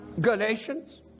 Galatians